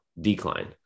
decline